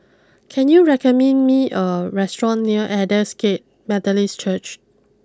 can you recommend me a restaurant near Aldersgate Methodist Church